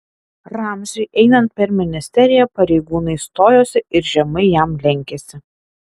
ramziui einant per ministeriją pareigūnai stojosi ir žemai jam lenkėsi